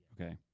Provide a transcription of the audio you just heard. Okay